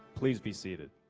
please be seated.